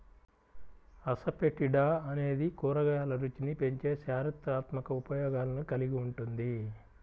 asafoetida అనేది కూరగాయల రుచిని పెంచే చారిత్రాత్మక ఉపయోగాలను కలిగి ఉంటుంది